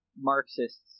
Marxists